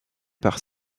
par